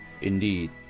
Indeed